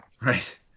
Right